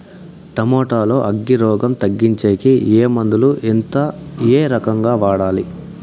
Tomato లో అగ్గి రోగం తగ్గించేకి ఏ మందులు? ఎంత? ఏ రకంగా వాడాలి?